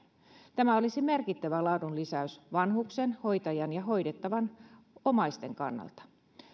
tämä olisi merkittävä laadun lisäys vanhuksen hoitajan ja hoidettavan omaisten kannalta